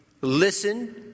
listen